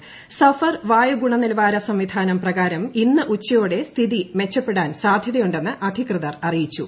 സഫർ വായു ഗുണനിലവാര സംവിധാനം പ്രകാരം ഇന്ന് ഉച്ചയോടെ സ്ഥിതി മെച്ചപ്പെടാൻ സാധ്യതയുണ്ടെന്ന് അധികൃതർ അറിയിച്ചു